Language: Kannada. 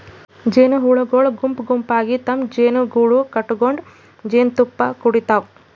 ಜೇನಹುಳಗೊಳ್ ಗುಂಪ್ ಗುಂಪಾಗಿ ತಮ್ಮ್ ಜೇನುಗೂಡು ಕಟಗೊಂಡ್ ಜೇನ್ತುಪ್ಪಾ ಕುಡಿಡ್ತಾವ್